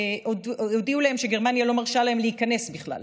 והודיעו להם שגרמניה לא מרשה להם להיכנס בכלל,